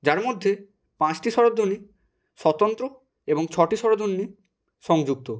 যার মধ্যে পাঁচটি স্বরধ্বনি স্বতন্ত্র এবং ছটি স্বরধ্বনি সংযুক্ত